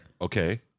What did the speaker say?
Okay